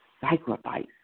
sacrifice